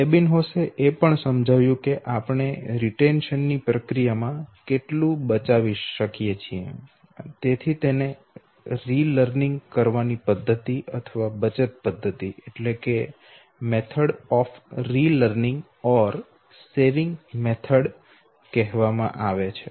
એબિન્હોસ એ પણ સમજાવ્યું કે આપણે રીટેન્શન ની પ્રક્રિયામાં કેટલું બચાવીએ છીએ તેથી તેને રિલર્નિંગ કરવાની પદ્ધતિ અથવા બચત પદ્ધતિ કહેવામાં આવે છે